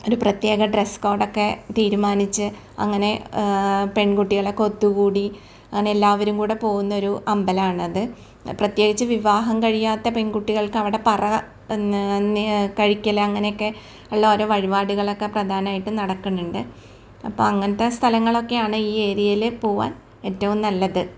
ഒരു പ്രത്യേക dress code ഒക്കെ തീരുമാനിച്ച് അങ്ങനെ പെൺകുട്ടികളൊക്കെ ഒത്ത് കൂടി അങ്ങനെ എല്ലാവരും കൂടെ പോകുന്ന ഒരു അമ്പലം ആണത് പ്രത്യേകിച്ച് വിവാഹം കഴിയാത്ത പെൺകുട്ടികൾക്ക് അവിടെ പറ കഴിക്കൽ അങ്ങനെയൊക്കെ ഉള്ള ഒരു വഴിപാടുകളൊക്കെ പ്രധാനമായിട്ട് നടക്കുന്നുണ്ട് അപ്പം അങ്ങനത്തെ സ്ഥലങ്ങളൊക്കെയാണ് ഈ ഏരിയയിൽ പോവാൻ ഏറ്റവും നല്ലത്